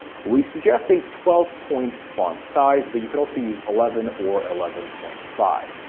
we suggest a twelve point font size, but you can also use eleven, or eleven point five.